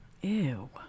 Ew